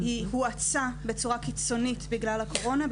היא הואצה בצורה קיצונית בגלל הקורונה.